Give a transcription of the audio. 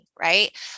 right